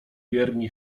wierni